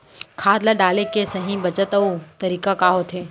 खाद ल डाले के सही बखत अऊ तरीका का होथे?